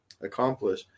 accomplish